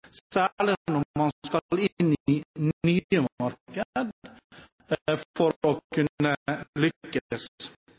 når man skal inn i nye markeder, for å